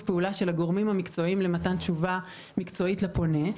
פעולה של הגורמים המקצועיים למתן תשובה מקצועית לפונה.